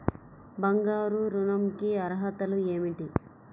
బంగారు ఋణం కి అర్హతలు ఏమిటీ?